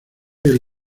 del